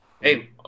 hey